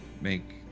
make